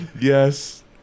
Yes